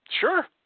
Sure